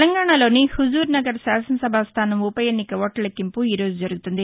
తెలంగాణాలోని హుజూర్నగర్ శాసనసభా స్థానం ఉప ఎన్నిక ఓట్ల లెక్కింపు ఈ రోజు జరుగుతుంది